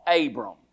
Abram